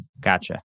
Gotcha